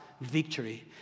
victory